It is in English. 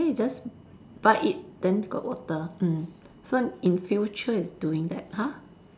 then you just bite it then got water mm so in future it's doing that !huh!